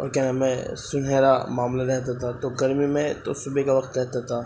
اور کیا نام ہے سنہرا معاملہ رہتا تھا تو گرمی میں تو صبح کا وقت رہتا تھا